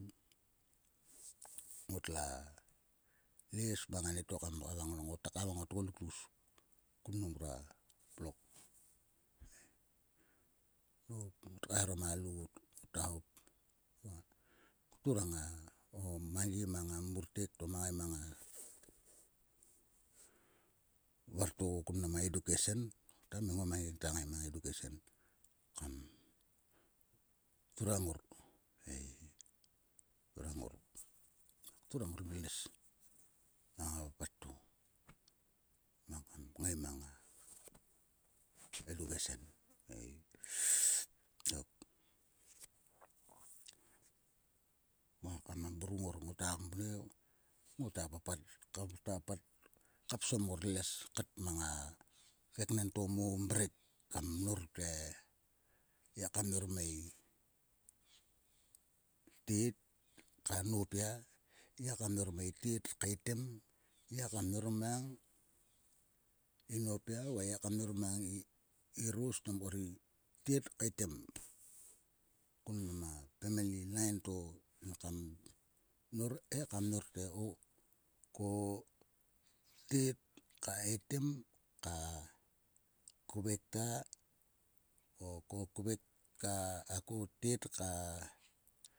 Ngotla les mang anieto kam kavang. Ngota kavang o tgoluk tguskun mrua blok ei. Nop ngot kaeharom a lot. khop ngota turang o mangi mang a murtek to mang ngai mang a vartovokun ma edukesen. To nginta ngai ma edukesen kam turang ngor ei. Turang o ngnes mang a papat to mar kam ngai mang a edukesen ei, nangko muak mrung ngor. ngota vle ngota pat kamkta pat kam psom ngor les kat mang a keknen to mo mrek kam mnor te. ngiaka mnor man i tet ka nopia. i ngiaka mnor mang itet kaetem. ngiaka mnor mang nopia va ngiaka mnor mang i ros to itet keitem. Kun ma pemeli lain to yin kam mnor he ka mnor te o. ko tet ka etem ka kvek ta o ko kvek ka a ko tet ka.